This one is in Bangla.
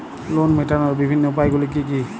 লোন মেটানোর বিভিন্ন উপায়গুলি কী কী?